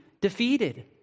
defeated